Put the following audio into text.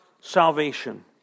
salvation